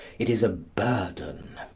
it is a burden.